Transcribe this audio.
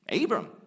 Abram